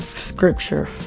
scripture